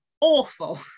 awful